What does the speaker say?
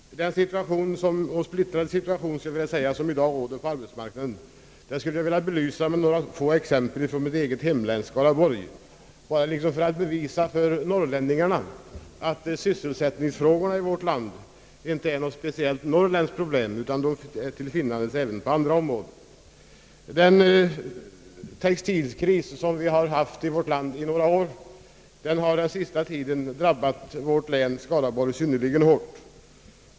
Den situation som i dag råder på arbetsmarknaden, skulle jag vilja belysa med några exempel från mitt eget hemlän, Skaraborg. Jag vill bevisa för norrlänningarna, att sysselsättningsfrågorna i vårt land inte är något speciellt norrländskt problem, utan är till finnandes även på andra håll. Den textilkris, som vi haft i vårt land under några år, har den sista tiden drabbat Skaraborgs län synnerligen hårt.